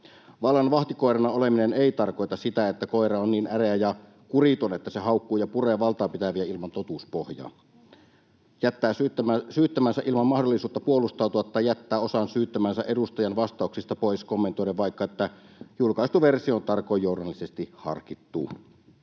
Vallan vahtikoirana oleminen ei tarkoita sitä, että koira on niin äreä ja kuriton, että se haukkuu ja puree valtaapitäviä ilman totuuspohjaa, jättää syyttämänsä ilman mahdollisuutta puolustautua tai jättää osan syyttämänsä edustajan vastauksista pois kommentoiden vaikka, että julkaistu versio on tarkoin journalistisesti harkittu.